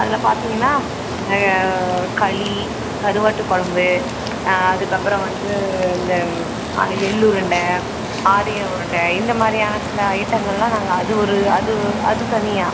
அதில் பார்த்தீங்கன்னா களி கருவாட்டு கொழம்பு அதுக்கப்புறம் வந்து இந்த எள்ளுருண்டை ஆர்ய உருண்டை இந்த மாதிரியான சில ஐட்டங்களெலாம் நாங்கள் அது ஒரு அது அது தனியாக